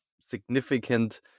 significant